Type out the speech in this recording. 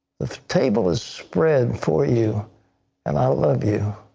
the table is spread for you and i love you.